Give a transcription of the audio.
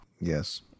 Yes